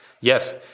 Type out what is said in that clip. yes